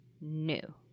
new